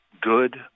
good